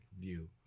view